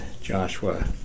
Joshua